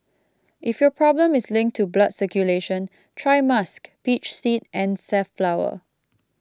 if your problem is linked to blood circulation try musk peach seed and safflower